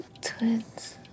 twins